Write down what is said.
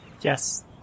Yes